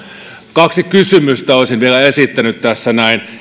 kaksi kysymystä olisin vielä esittänyt tässä näin eli